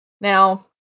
Now